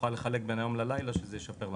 ונוכל לחלק בין היום ללילה שזה ישפר לנו.